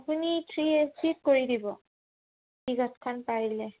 আপুনি three A C কৰি দিব টিকটখন পাৰিলে